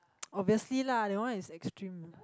obviously lah that one is extreme